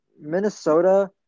Minnesota